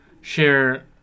share